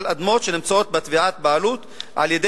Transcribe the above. על אדמות שנמצאות בתביעת בעלות על-ידי